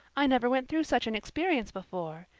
i never went through such an experience before.